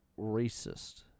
racist